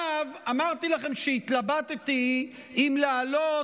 אמרתי לכם שהתלבטתי אם לעלות,